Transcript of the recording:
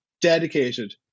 dedicated